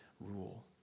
rule